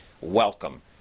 Welcome